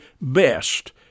best—